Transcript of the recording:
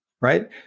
right